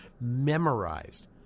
memorized